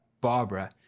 Barbara